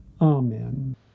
Amen